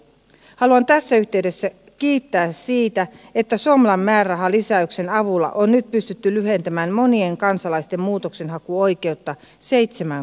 haluan tässä yhteydessä kiittää siitä että somlan määrärahalisäyksen avulla on nyt pystytty lyhentämään monien kansalaisten muutoksenhakuaikoja seitsemään kuukauteen